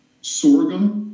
sorghum